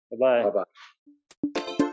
Bye-bye